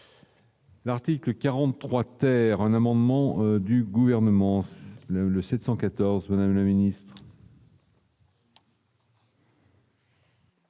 L'article 43 ter un amendement du gouvernement le 714 semaines le Ministre.